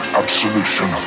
absolution